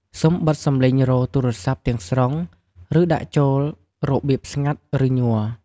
សូមបិទសំឡេងរោទ៍ទូរស័ព្ទទាំងស្រុង ឬដាក់ចូលរបៀបស្ងាត់ ឬញ័រ។